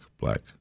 black